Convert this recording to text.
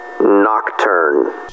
Nocturne